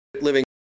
living